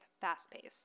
fast-paced